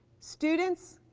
students,